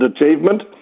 achievement